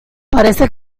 parece